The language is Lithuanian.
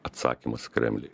atsakymas kremliui